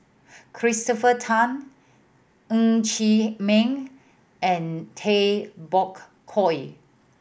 Christopher Tan Ng Chee Meng and Tay Bak Koi